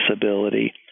disability